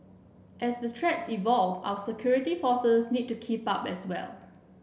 as the threats evolve our security forces need to keep up as well